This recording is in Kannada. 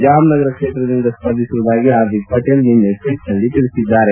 ಜಾಮ್ ನಗರ ಕ್ಷೇತ್ರದಿಂದ ಸ್ಪರ್ಧಿಸುವುದಾಗಿ ಹಾರ್ದಿಕ್ ಪಟೇಲ್ ನಿನ್ನೆ ಟ್ವೇಟ್ನಲ್ಲಿ ತಿಳಿಸಿದ್ದಾರೆ